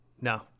no